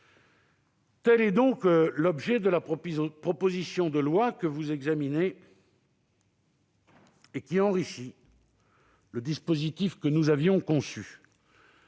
Tel est donc l'objet de la proposition de loi que vous examinez ; elle enrichit le dispositif que nous avions conçu.